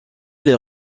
les